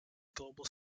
global